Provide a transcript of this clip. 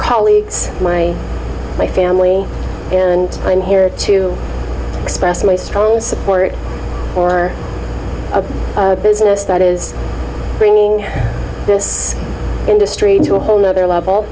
colleagues my family and i'm here to express my strong support for a business that is bringing this industry to a whole nother level